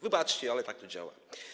Wybaczcie, ale tak to działa.